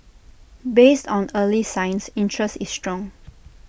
based on early signs interest is strong